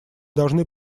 должны